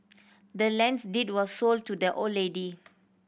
the land's deed was sold to the old lady